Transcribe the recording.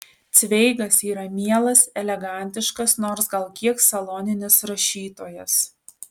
cveigas yra mielas elegantiškas nors gal kiek saloninis rašytojas